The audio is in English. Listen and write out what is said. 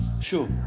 Sure